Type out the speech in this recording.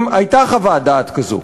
אם הייתה חוות דעת כזאת.